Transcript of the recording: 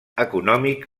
econòmic